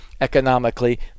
economically